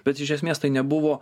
bet iš esmės tai nebuvo